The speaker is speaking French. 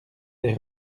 des